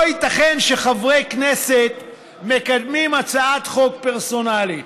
לא ייתכן שחברי כנסת מקדמים הצעת חוק פרסונלית.